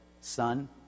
son